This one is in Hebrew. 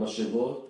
המשאבות.